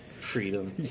Freedom